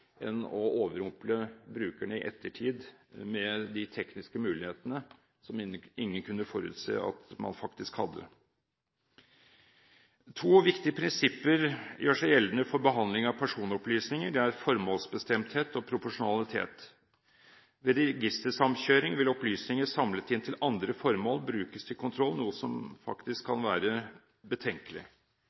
å overrumple brukerne i ettertid med de tekniske mulighetene som ingen kunne forutse at man faktisk hadde. To viktige prinsipper gjør seg gjeldende for behandling av personopplysninger. Det er formålsbestemthet og proporsjonalitet. Ved registersamkjøring vil opplysninger samlet inn til andre formål brukes til kontroll, noe som faktisk kan være betenkelig.